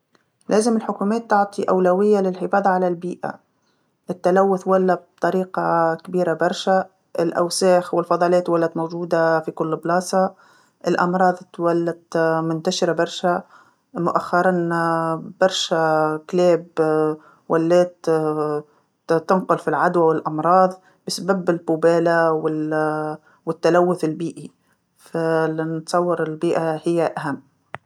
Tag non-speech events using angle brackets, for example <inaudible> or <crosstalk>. لازم الحكومات تعطي أولويه للحفاظ على البيئه، والتلوث ولا <hesitation> بطريقه كبيره برشا، الأوساخ والفضلات ولات موجوده في كل بلاصه، الأمراض تولت منتشره برشا، مؤخرا <hesitation> برشا <hesitation> كلاب ولات <hesitation> تنقل فالعدوى والأمراض بسب البوباله و <hesitation> والتلوث البيئي، ف- نتصور البيئة هي أهم.